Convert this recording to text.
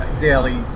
daily